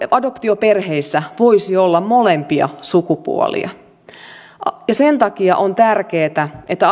adoptioperheissä voisi olla molempia sukupuolia ja sen takia on tärkeätä että